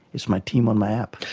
it's my team on my app.